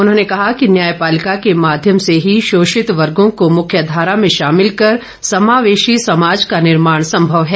उन्होंने कहा कि न्यायपालिका के माध्यम से ही शोषित वर्गों को मुख्य धारा में शामिल कर समावेशी समाज का निर्माण संभव है